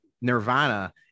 Nirvana